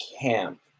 camp